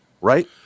right